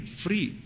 free